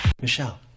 Michelle